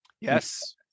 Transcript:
Yes